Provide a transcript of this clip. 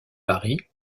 paris